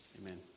Amen